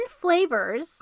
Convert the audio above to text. flavors